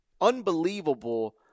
unbelievable